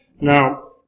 Now